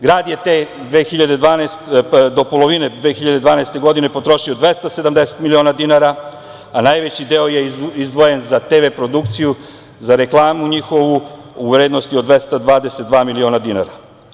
Grad je do polovine 2012. godine potrošio 270 miliona dinara, a najveći deo je izdvojen za TV produkciju, za njihovu reklamu u vrednosti od 222 miliona dinara.